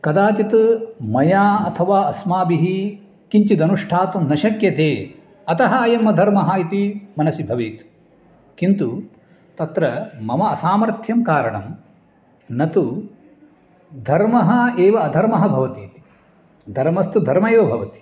कदाचित् मया अथवा अस्माभिः किञ्चित् अनुष्ठातुं न शक्यते अतः अयम् अधर्मः इति मनसि भवेत् किन्तु तत्र मम असामर्थ्यं कारणं न तु धर्मः एव अधर्मः भवतीति धर्मस्तु धर्मः एव भवति